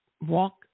walk